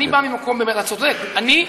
אתה צודק: אני,